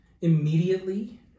immediately